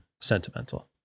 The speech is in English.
sentimental